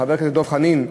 חבר הכנסת דב חנין,